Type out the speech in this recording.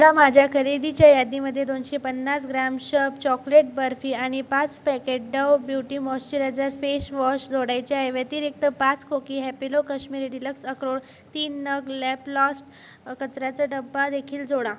ला माझ्या खरेदीच्या यादीमध्ये दोनशे पन्नास ग्राम शब चॉकलेट बर्फी आणि पाच packet Dove beauty moisturiser face wash जोडायचे आहे व्यतिरिक्त पाच खोकी हॅपिलो काश्मिरी डिलक्स अक्रोड तीन नग लॅपलॉस्ट कचऱ्याचा डबादेखील जोडा